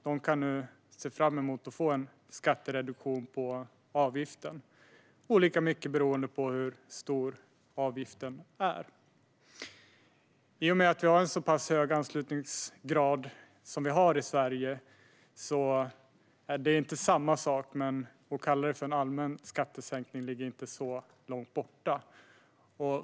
De kan nu se fram emot att få en skattereduktion på avgiften, olika mycket beroende på hur stor avgiften är. I och med att anslutningsgraden är så pass hög i Sverige är det inte långt ifrån att kalla detta för en allmän skattesänkning, även om det inte är samma sak.